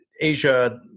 Asia